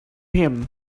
him